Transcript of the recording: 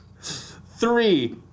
Three